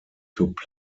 took